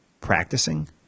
practicing